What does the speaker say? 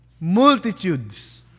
Multitudes